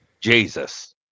Jesus